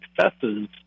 successes